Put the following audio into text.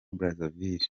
brazzaville